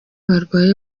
barwaye